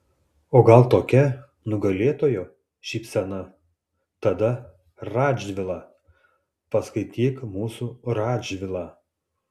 o gal tokia nugalėtojo šypsena tada radžvilą paskaityk mūsų radžvilą